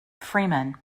freeman